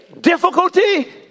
Difficulty